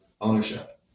ownership